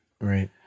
Right